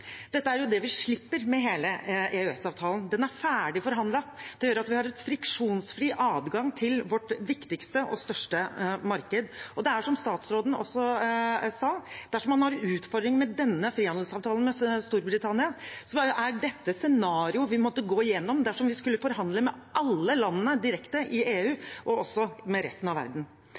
Dette er det vi slipper med hele EØS-avtalen. Den er ferdig forhandlet. Det gjør at vi har en friksjonsfri adgang til vårt viktigste og største marked. Som statsråden også sa: Dersom man har utfordringer med denne frihandelsavtalen med Storbritannia, er dette scenarioet vi hadde måttet gå gjennom dersom vi skulle forhandle med alle landene direkte i EU og også med resten av verden.